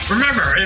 Remember